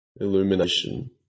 illumination